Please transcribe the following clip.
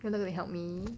you wanted to help